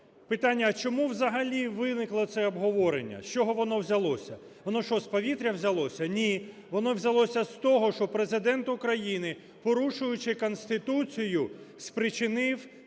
Питання, а чому взагалі виникло це обговорення? З чого воно взялося? Воно що, з повітря взялося? Ні! Воно взялося з того, що Президент України, порушуючи Конституцію, спричинив